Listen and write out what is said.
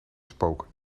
spoken